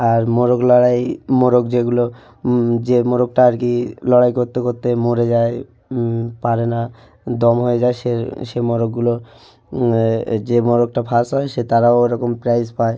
আর মোরগ লড়াই মোরগ যেগুলো যে মোরগটা আরকি লড়াই করতে করতে মরে যায় পারে না দম হয়ে যায় সে সে মোরগগুলো যে মোরগটা ফাস হয় সে তারা ওরকম প্রাইজ পায়